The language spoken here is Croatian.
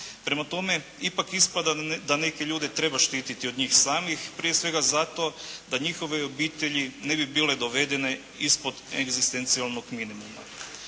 Prema tome, ipak ispada da neke ljude treba štititi od njih samih, prije svega zato da njihove obitelji ne bi bile dovedene ispod egzistencijalnog minimuma.